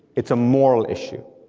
it's a moral issue.